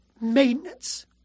Maintenance